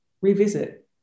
revisit